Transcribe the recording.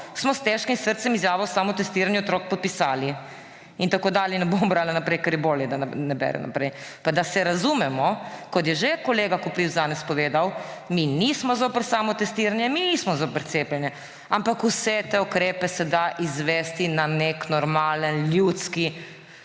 smo s težkim srcem izjavo o samotestiranju otrok podpisali …« In tako dalje, ne bom brala naprej, ker je bolje, da ne berem naprej. Pa da se razumemo, kot je že kolega Koprivc danes povedal, mi nismo zoper samotestiranje, mi nismo zoper cepljenje, ampak vse te ukrepe se da izvesti na nek normalen, ljudski,